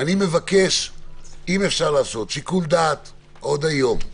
אם אפשר לעשות שיקול דעת עוד היום,